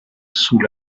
sous